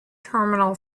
terminal